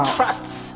trusts